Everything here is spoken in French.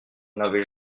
n’avais